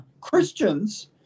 Christians